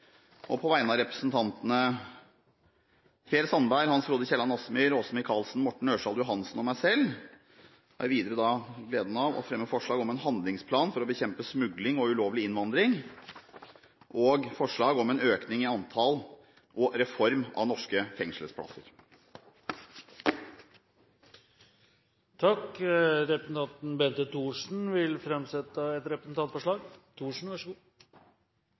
På vegne av representantene Per Sandberg, Hans Frode Kielland Asmyhr, Åse Michaelsen, Morten Ørsal Johansen og meg selv har jeg videre gleden av å fremme forslag om en handlingsplan for å bekjempe smugling og ulovlig innvandring og forslag om en økning i antall og reform av norske fengselsplasser. Representanten Bente Thorsen vil framsette et representantforslag.